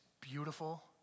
beautiful